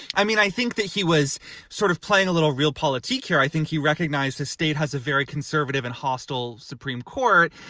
i mean, i think that he was sort of playing a little realpolitik here. i think he recognized the state has a very conservative and hostile supreme court.